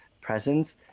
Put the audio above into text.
presence